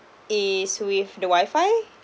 is with the wifi